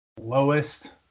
Lowest